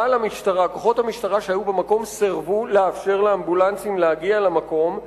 אבל כוחות המשטרה שהיו במקום סירבו לאפשר לאמבולנסים להגיע למקום,